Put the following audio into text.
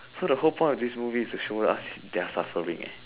so the whole point of this movie is to show us their suffering eh